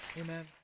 Amen